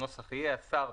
הנוסח יהיה: השר,